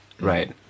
right